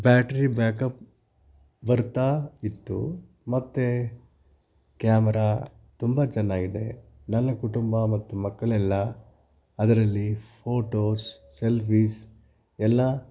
battery backup ಬರ್ತಾಯಿತ್ತು ಮತ್ತೆ camera ತುಂಬ ಚೆನ್ನಾಗಿದೆ ನನ್ನ ಕುಟುಂಬ ಮತ್ತು ಮಕ್ಕಳೆಲ್ಲ ಅದರಲ್ಲಿ ಫೋಟೋಸ್ ಸೆಲ್ಫಿಸ್ ಎಲ್ಲ